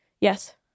Yes